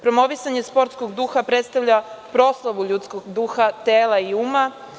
Promovisanje sportskog duha predstavlja proslavu ljudskog duha, tela i uma.